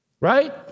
Right